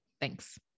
Thanks